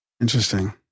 interesting